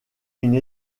une